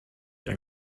are